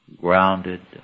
grounded